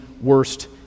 worst